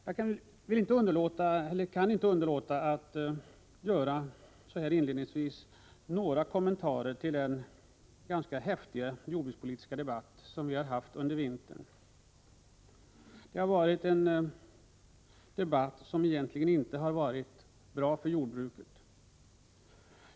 Jag kan inte underlåta att så här inledningsvis göra några kommentarer till den ganska häftiga jordbrukspolitiska debatt som har pågått under vintern och som egentligen inte har varit bra för jordbruket.